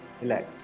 relax